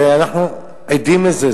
ואנחנו עדים לזה.